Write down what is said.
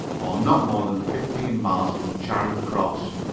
or not more than fifteen miles from charing cross.